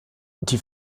die